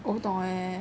不懂诶